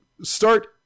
start